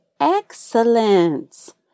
excellence